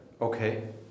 okay